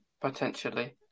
potentially